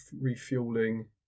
refueling